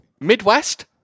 Midwest